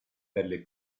delle